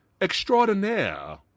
extraordinaire